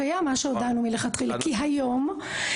לגבי המוקד והרישום,